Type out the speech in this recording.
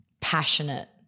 passionate